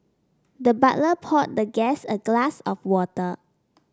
the butler poured the guest a glass of water